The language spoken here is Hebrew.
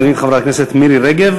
אני מזמין את חברת הכנסת מירי רגב,